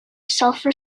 sulfur